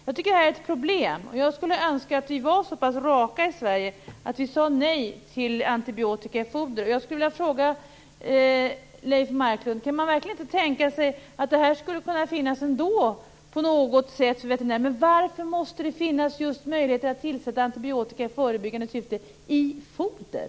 Jag tycker att det här är ett problem och skulle önska att vi vore så pass raka i Sverige att vi sade nej till antibiotika i foder.